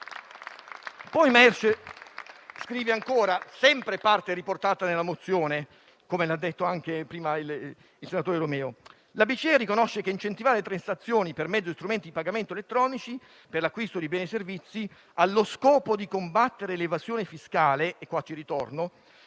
Poi Mersch scrive ancora (ed è sempre una parte riportata nella mozione, come ha detto anche prima il senatore Romeo): «la BCE riconosce che incentivare le transazioni per mezzo di strumenti di pagamento elettronici per l'acquisto di beni e servizi allo scopo di combattere l'evasione fiscale» - e qua ci ritorno